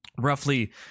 roughly